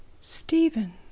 stephen